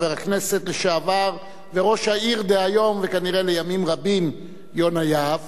חבר הכנסת לשעבר וראש העיר דהיום וכנראה לימים רבים יונה יהב,